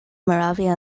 moravia